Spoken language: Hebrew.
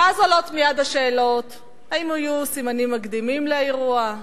ואז עולות מייד השאלות: האם היו סימנים מקדימים לאירוע?